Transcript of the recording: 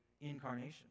incarnation